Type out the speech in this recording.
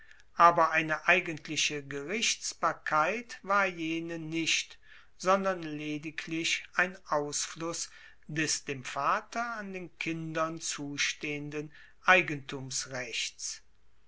aber eine eigentliche gerichtsbarkeit war jene nicht sondern lediglich ein ausfluss des dem vater an den kindern zustehenden eigentumsrechts